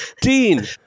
Dean